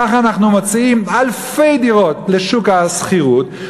ככה אנחנו מוציאים אלפי דירות לשוק השכירות,